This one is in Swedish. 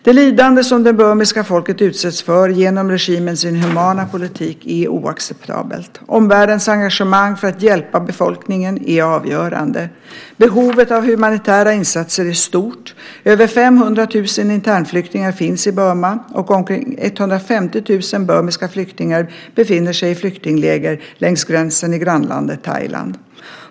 Det lidande som det burmesiska folket utsätts för genom regimens inhumana politik är oacceptabelt. Omvärldens engagemang för att hjälpa befolkningen är avgörande. Behovet av humanitära insatser är stort; över 500 000 internflyktingar finns i Burma och omkring 150 000 burmesiska flyktingar befinner sig i flyktingläger längs gränsen i grannlandet Thailand.